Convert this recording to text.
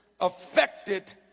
affected